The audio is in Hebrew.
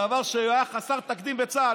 דבר שהיה חסר תקדים בצה"ל,